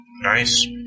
Nice